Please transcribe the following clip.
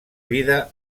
vida